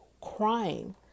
crying